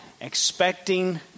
expecting